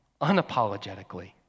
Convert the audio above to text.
unapologetically